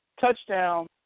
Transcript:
touchdown